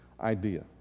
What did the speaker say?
idea